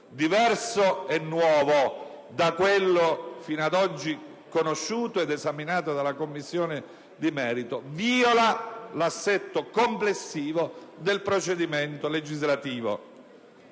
diverso e nuovo rispetto a quello fino ad oggi conosciuto ed esaminato dalla Commissione di merito, viola l'assetto complessivo del procedimento legislativo.